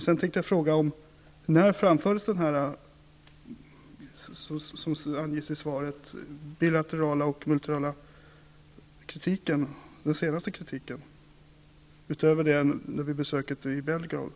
Sedan vill jag fråga: När framfördes den senaste bilaterala och multilaterala kritiken, som anges i svaret, utöver den som framfördes vid besöket i